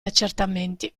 accertamenti